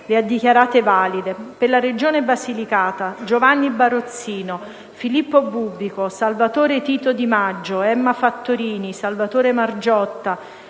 le ha dichiarate valide: